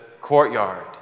courtyard